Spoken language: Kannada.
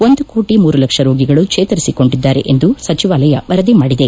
ಒಂದು ಕೋಟ ಮೂರು ಲಕ್ಷ ರೋಗಿಗಳು ಜೇತರಿಸಿಕೊಂಡಿದ್ದಾರೆ ಎಂದು ಸಚಿವಾಲಯ ವರದಿ ಮಾಡಿದೆ